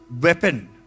weapon